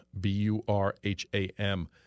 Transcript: B-U-R-H-A-M